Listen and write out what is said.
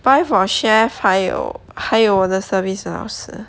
buy for chef 还有还有我的 service 的老师